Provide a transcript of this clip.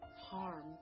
Harm